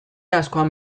askoan